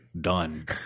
Done